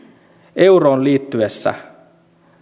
euroon liittyessä